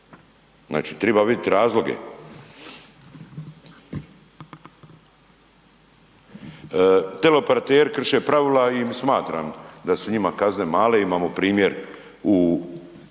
Znači triba vidit razloge. Teleoperateri krše pravila i smatram da su njima kazne male, imamo primjer u,